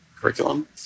curriculum